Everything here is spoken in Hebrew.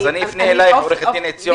אני אפנה אליך, עו"ד עציון.